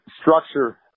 structure